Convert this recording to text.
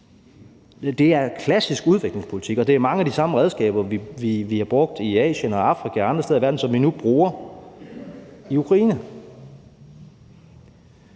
Det er klassisk udviklingspolitik, og det er mange af de samme redskaber, vi har brugt i Asien, Afrika og andre steder i verden, som vi nu bruger i Ukraine.